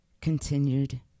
continued